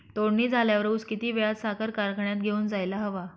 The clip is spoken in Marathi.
तोडणी झाल्यावर ऊस किती वेळात साखर कारखान्यात घेऊन जायला हवा?